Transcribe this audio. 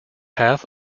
half